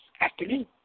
afternoon